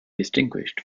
distinguished